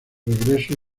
regreso